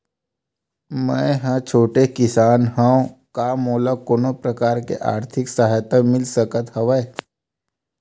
मै ह छोटे किसान हंव का मोला कोनो प्रकार के आर्थिक सहायता मिल सकत हवय?